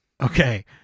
okay